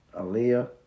Aaliyah